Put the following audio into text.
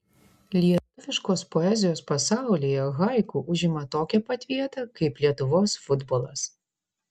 lietuviškos poezijos pasaulyje haiku užima tokią pat vietą kaip lietuvos futbolas